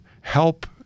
help